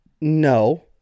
No